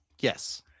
Yes